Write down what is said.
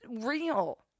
real